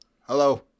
Hello